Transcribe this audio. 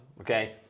okay